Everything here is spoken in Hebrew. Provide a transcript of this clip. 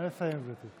נא לסיים, גברתי.